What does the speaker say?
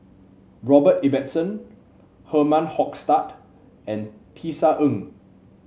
Robert Ibbetson Herman Hochstadt and Tisa Ng